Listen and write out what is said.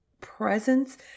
presence